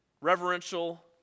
reverential